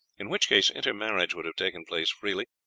in which case intermarriage would have taken place freely,